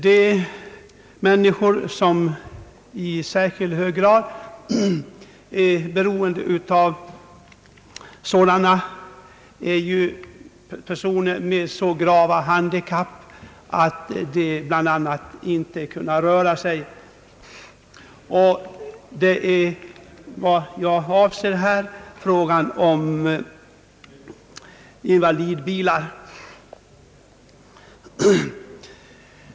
De människor som i särskilt hög grad är beroende av sådana hjälpmedel är personer med så grava handikapp att de bl.a. inte kan röra sig. Jag avser här frågan om invalidbilar.